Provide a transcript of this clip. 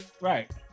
Right